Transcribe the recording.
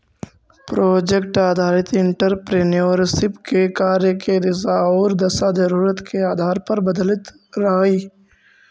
project आधारित entrepreneurship के कार्य के दिशा औउर दशा जरूरत के आधार पर बदलित रहऽ हई